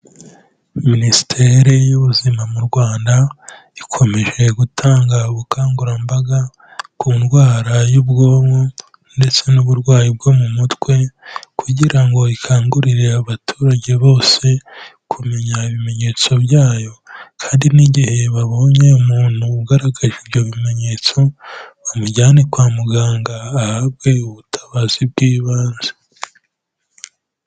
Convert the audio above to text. Minisiteri y'ubuzima mu Rwanda, ikomeje gutanga ubukangurambaga ku ndwara y'ubwonko ndetse n'uburwayi bwo mu mutwe kugira ngo ikangurire abaturage bose, kumenya ibimenyetso byayo kandi n'igihe babonye umuntu ugaragaje ibyo bimenyetso, bamujyane kwa muganga ahabwe ubutabazi bw'ibanze.